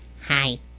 Hi